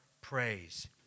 praise